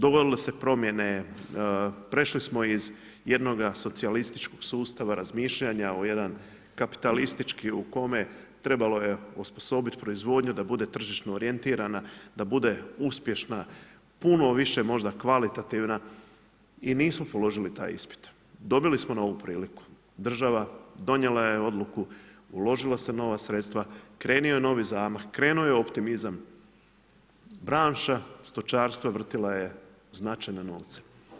Dogodile su se promjene, prešli smo iz jednoga socijalističkog sustava razmišljanja u jedan kapitalistički u kome trebalo je osposobiti proizvodnju da bude tržišno orjentirana, da bude uspješna, puno više možda kvalitativna i nismo položili taj ispit, dobili smo novu priliku, država donijela je odluku, uložilo se nova sredstva, krenuo je novi zamah, krenuo je optimizam, branša, stočarstvo, vrtjelo je značajne novce.